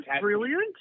brilliant